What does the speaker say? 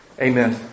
Amen